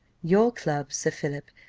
your club, sir philip,